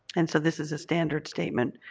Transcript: and so this is a standard statement,